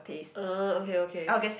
oh okay okay